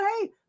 hey